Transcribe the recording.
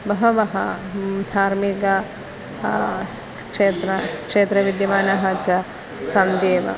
बहवः धार्मिक श्क् क्षेत्र क्षेत्रविद्यमानः च सन्ति एव